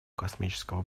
космического